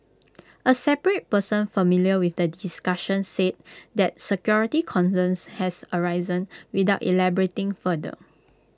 A separate person familiar with the discussions said that security concerns has arisen without elaborating further